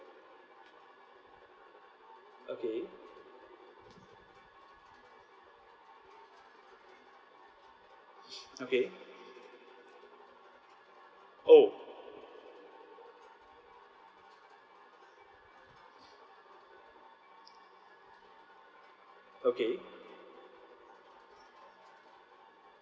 okay okay oh okay